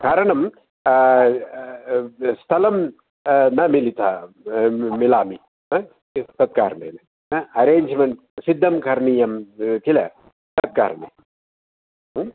कारणम् स्थलं न मिलितः मिलामि हा तत् कारणेन हा अरेञ्ज्मेण्ट् सिद्धं करणीयं किल तत् कारणेन